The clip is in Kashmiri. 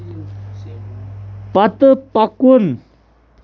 پتہٕ پکُن